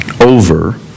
over